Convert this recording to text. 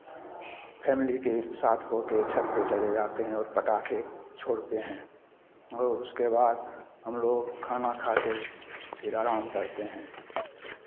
family के साथ हो के छत पे चले जाते हैं और पटाखे छोड़ते हैं और उसके बाद हमलोग खाना खा के फिर आराम करते हैं